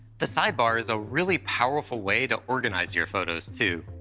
the sidebar is a really powerful way to organize your photos too.